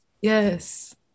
yes